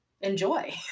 enjoy